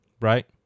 right